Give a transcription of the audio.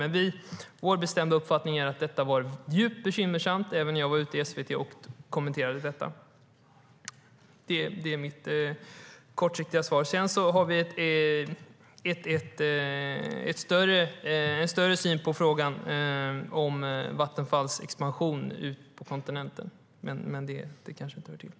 Men vår bestämda uppfattning är att detta var djupt bekymmersamt. Även jag har kommenterat detta i SVT. Det är mitt korta svar.